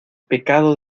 pecado